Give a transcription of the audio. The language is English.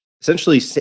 essentially